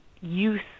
use